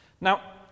Now